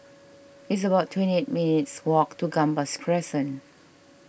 it's about twenty eight minutes' walk to Gambas Crescent